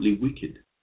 wicked